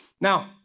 Now